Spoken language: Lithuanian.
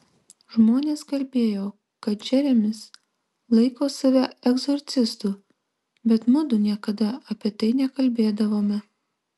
žmonės kalbėjo kad džeremis laiko save egzorcistu bet mudu niekada apie tai nekalbėdavome